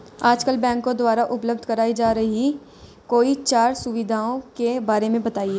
आजकल बैंकों द्वारा उपलब्ध कराई जा रही कोई चार सुविधाओं के बारे में बताइए?